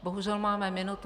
Bohužel máme minutu.